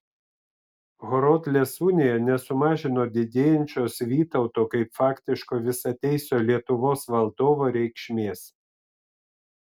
horodlės unija nesumažino didėjančios vytauto kaip faktiško visateisio lietuvos valdovo reikšmės